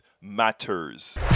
matters